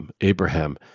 abraham